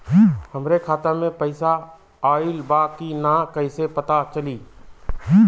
हमरे खाता में पैसा ऑइल बा कि ना कैसे पता चली?